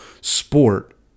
sport